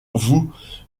vous